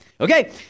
Okay